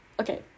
okay